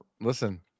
Listen